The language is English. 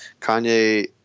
Kanye